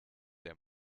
der